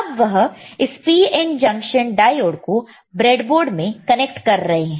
अब वह इस PN जंक्शन डायोड को ब्रेडबोर्ड में कनेक्ट कर रहे हैं